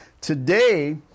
Today